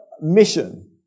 mission